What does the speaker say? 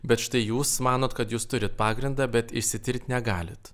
bet štai jūs manot kad jūs turit pagrindą bet išsitirt negalit